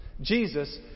Jesus